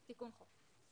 תיקון חוק.